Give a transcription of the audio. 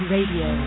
Radio